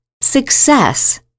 success